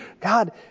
God